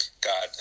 god